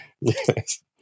Yes